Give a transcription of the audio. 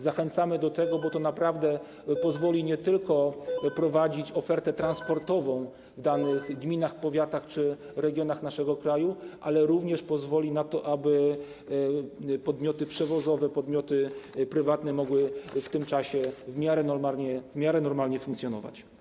Zachęcamy do tego, bo to naprawdę pozwoli nie tylko prowadzić ofertę transportową w danych gminach, powiatach czy regionach naszego kraju, ale również pozwoli na to, aby podmioty przewozowe, podmioty prywatne mogły w tym czasie w miarę normalnie funkcjonować.